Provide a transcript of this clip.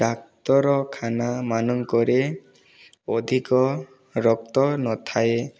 ଡାକ୍ତରଖାନା ମାନଙ୍କରେ ଅଧିକ ରକ୍ତ ନଥାଏ